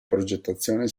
progettazione